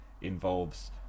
involves